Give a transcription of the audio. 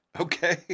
okay